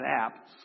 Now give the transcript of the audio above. app